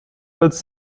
als